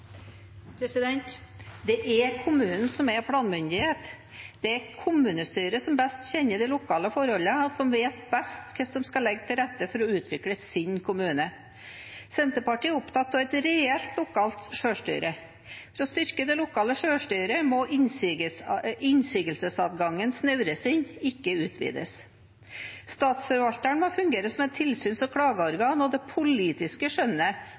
kommunen som er planmyndighet. Det er kommunestyret som best kjenner de lokale forholdene, og som vet best hva som skal legges til rette for å utvikle sin kommune. Senterpartiet er opptatt av et reelt lokalt selvstyre. For å styrke det lokale selvstyret må innsigelsesadgangen snevres inn, ikke utvides. Statsforvalteren må fungere som et tilsyns- og klageorgan, og det politiske